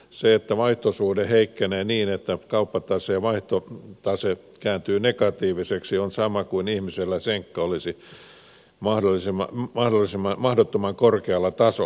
se että vaihtosuhde heikkenee niin että kauppataseen vaihtotase kääntyy negatiiviseksi on sama kuin ihmisellä senkka olisi mahdottoman korkealla tasolla